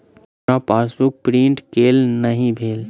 पूरा passbook print केल नहि भेल